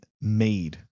made